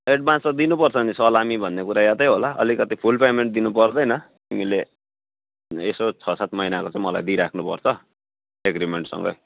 advance त दिनुपर्छ नि सलामी भन्ने कुरा यादै होला अलिकति फुल पेमेन्ट दिनुपर्दैन तिमीले यसो छ सात महिनाको चाहिँ मलाई दिई राख्नुपर्छ एग्रिमेन्टसँगै